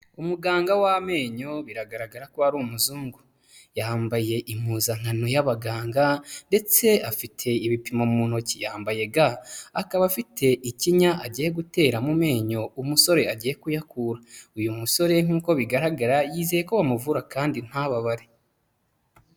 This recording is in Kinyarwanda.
Umuganga w'amenyo, biragaragara ko ari umuzungu, yambaye impuzankano y'abaganga ndetse afite ibipimo mu ntoki, yambaye ga akaba afite ikinya agiye gutera mu menyo umusore agiye kuyakura, uyu musore nk'uko bigaragara yizeye ko bamuvura kandi ntababare.